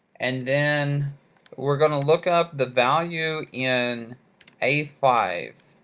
and then we're going to look up the value in a five,